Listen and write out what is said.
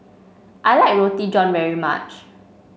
I like Roti John very much